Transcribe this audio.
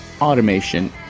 automation